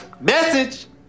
Message